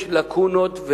יש לקונות.